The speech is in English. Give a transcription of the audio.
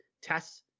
tests